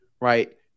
right